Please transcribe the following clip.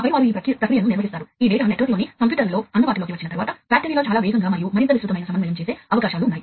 ఇప్పుడు ఇక్కడ ఈ రేఖాచిత్రంలో ఫీల్డ్ బస్సు లో పరికరాలను ఎలా కనెక్ట్ చేయవచ్చో మీరు చూస్తారు